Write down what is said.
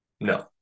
No